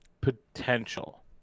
potential